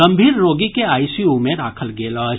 गम्मीर रोगी के आईसीयू मे राखल गेल अछि